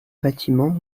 bâtiments